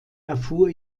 erfuhr